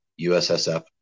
USSF